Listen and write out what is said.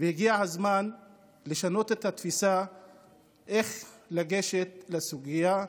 והגיע הזמן לשנות את התפיסה איך לגשת לסוגיה,